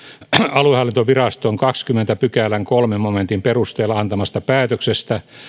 aluehallintoviraston kahdennenkymmenennen pykälän kolmannen momentin perusteella antamasta päätöksestä